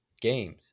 games